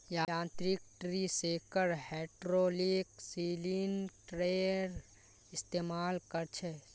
यांत्रिक tree shaker hydraulic सिलिंडरेर इस्तेमाल कर छे